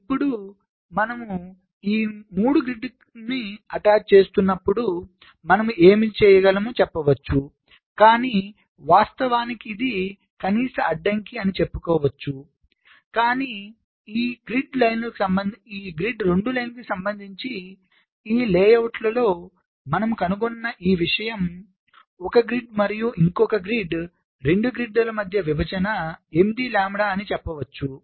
ఇప్పుడు మనము ఈ 3 కి గ్రిడ్ను అటాచ్ చేస్తున్నప్పుడు మనము ఏమి చేయగలము చెప్పవచ్చు కాని వాస్తవానికి ఇది కనీస అడ్డంకి అని చెప్పుకోవచ్చు కానీ ఈ 2 గ్రిడ్ పంక్తులకు సంబంధించి ఈ లేఅవుట్లో మనము కనుగొన్న ఈ విషయం ఒక గ్రిడ్ మరియు ఇంకొక గ్రిడ్ 2 గ్రిడ్ రేఖల మధ్య విభజన 8 లాంబ్డా అని చెప్పవచ్చు